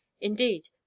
Indeed